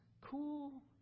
Cool